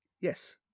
Yes